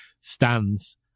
stands